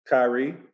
Kyrie